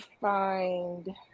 find